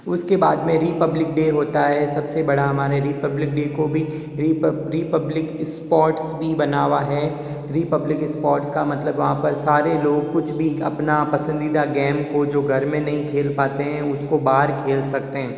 उसके बाद में रिपब्लिक डे होता है सबसे बड़ा हमारे रिपब्लिक डे को भी रिपब्लिक स्पोर्ट्स भी बना हुआ है रिपब्लिक स्पोर्ट्स का मतलब वहाँ पर सारे लोग कुछ भी अपना पसंदीदा गेम को जो घर में नहीं खेल पाते हैं उसको बाहर खेल सकते हैं